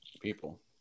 people